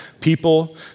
people